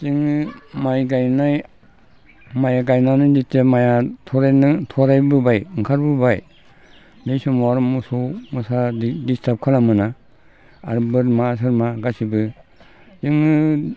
जोङो माइ गायनानै जेथिया माइया थराइबोबाय ओंखारबोबाय बै समाव आरो मोसौ मोसा दिसटार्ब खालामोना आरो बोरमा सोरमा गासैबो जोङो